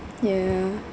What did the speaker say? yeah